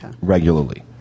Regularly